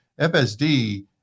FSD